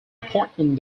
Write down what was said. appointment